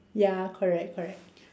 ya correct correct